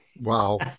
Wow